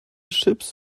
ships